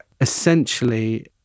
essentially